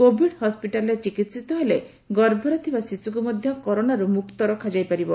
Covid ହସିଟାଲ୍ରେ ଚିକିିିତ ହେଲେ ଗର୍ଭରେ ଥିବା ଶିଶୁକୁ ମଧ୍ଧ କରୋନାରୁ ମୁକ୍ତ ରଖାଯାଇପାରିବ